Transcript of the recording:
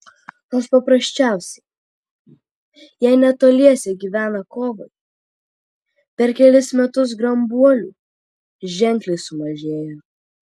nors paprasčiausiai jei netoliese gyvena kovai per kelis metus grambuolių ženkliai sumažėja